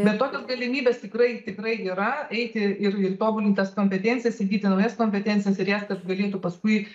bet tokios galimybės tikrai tikrai yra eiti ir ir tobulint tas kompetencijas įgyti naujas kompetencijas ir jas kad galėtų paskui